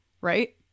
Right